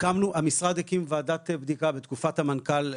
המשרד הקים וועדת בדיקה בתקופת המנכ"ל,